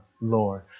Lord